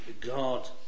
God